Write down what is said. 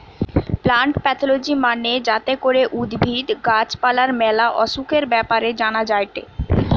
plant pathology মানে যাতে করে উদ্ভিদ, গাছ পালার ম্যালা অসুখের ব্যাপারে জানা যায়টে